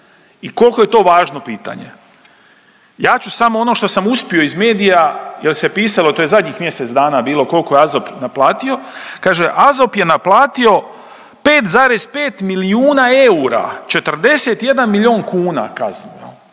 i koliko je to važno pitanje. Ja ću samo ono što sam uspio iz medija jer se pisalo, to je zadnjih mjesec dana bilo, koliko je AZOP naplatio, kaže AZOP je naplatio 5,5 milijuna eura, 41 milijun kuna kaznu,